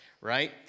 right